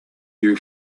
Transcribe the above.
you